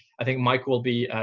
i think mike will be